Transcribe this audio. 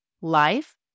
Life